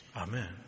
Amen